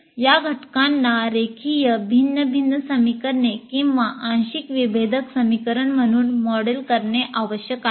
या घटकांना रेखीय भिन्न भिन्न समीकरणे किंवा आंशिक विभेदक समीकरण म्हणून मॉडेल करणे आवश्यक आहे